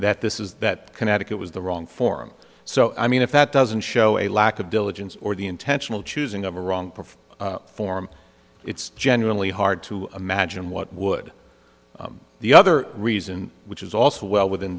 that this is that connecticut was the wrong form so i mean if that doesn't show a lack of diligence or the intentional choosing of a wrong perfect form it's genuinely hard to imagine what would the other reason which is also well within